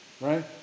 right